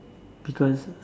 because